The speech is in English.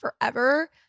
forever